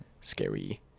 Scary